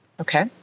Okay